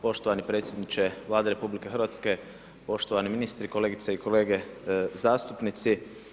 Poštovani predsjedniče Vlade RH, poštovani ministri, kolegice i kolege zastupnici.